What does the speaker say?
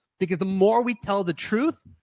because the more we tell the truth,